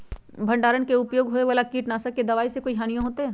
भंडारण में प्रयोग होए वाला किट नाशक दवा से कोई हानियों होतै?